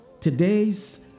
Today's